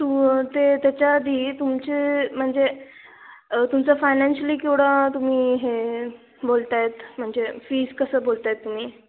तू ते त्याच्याआधी तुमचे म्हणजे तुमचं फायनान्शली केवढा तुम्ही हे बोलत आहेत म्हणजे फीज कसं बोलत आहेत तुम्ही